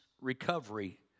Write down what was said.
recovery